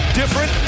different